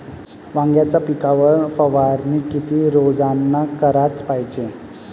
वांग्याच्या पिकावर फवारनी किती रोजानं कराच पायजे?